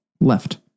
left